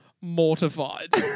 mortified